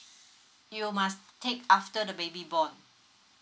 you must take after the baby born